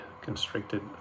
constricted